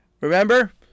Remember